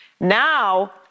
Now